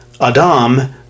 Adam